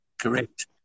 correct